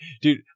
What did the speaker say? dude